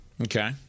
Okay